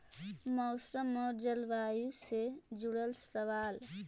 मौसम और जलवायु से जुड़ल सवाल?